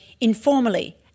informally